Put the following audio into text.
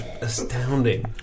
astounding